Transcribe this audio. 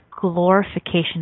glorification